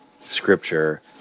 scripture